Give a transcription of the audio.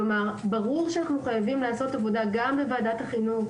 ברור שאנחנו חייבים לעשות עבודה גם בוועדת החינוך